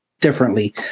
differently